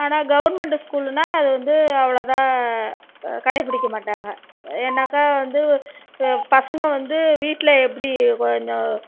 ஆனால் கவர்மெண்டு ஸ்கூலுன்னா அது வந்து அவ்வளோதா கடைப்பிடிக்க மாட்டாங்க ஏன்னாக்கா வந்து இப்போ பசங்கள் வந்து வீட்டில் எப்படி கொஞ்சம்